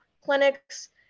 clinics